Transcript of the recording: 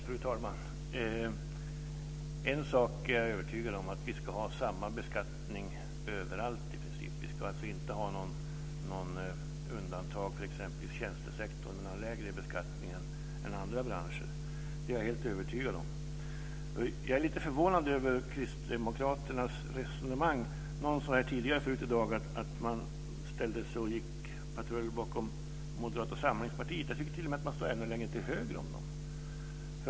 Fru talman! En sak är jag övertygad om. Vi ska i princip ha samma beskattning överallt. Vi ska alltså inte har något undantag för exempelvis tjänstesektorn med lägre beskattning än andra branscher. Det är jag helt övertygad om. Jag är lite förvånad över kristdemokraternas resonemang. Någon sade här tidigare i dag att de gick patrull bakom Moderata samlingspartiet. Jag tycker t.o.m. att de står längre till höger om det.